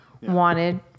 wanted